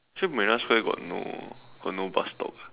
actually Marina Square got no got no bus stop eh